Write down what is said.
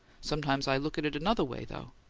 sometimes i look at it another way, though.